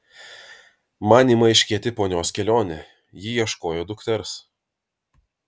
man ima aiškėti ponios kelionė ji ieškojo dukters